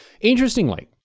interestingly